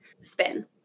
spin